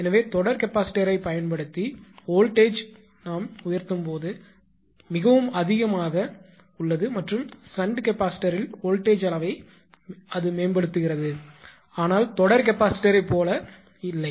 எனவே தொடர் கெபாசிட்டரைப் பயன்படுத்தி வோல்ட்டேஜ் உயர்த்தும்போது மிகவும் அதிகமாக உள்ளது மற்றும் ஷன்ட் கெபாசிட்டரில் வோல்ட்டேஜ் அளவை மேம்படுத்துகிறது ஆனால் தொடர் கெபாசிட்டரைப் போல இல்லை